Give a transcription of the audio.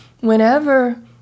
whenever